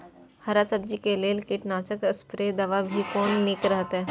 हरा सब्जी के लेल कीट नाशक स्प्रै दवा भी कोन नीक रहैत?